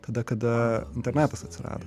tada kada internetas atsirado